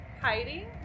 Hiding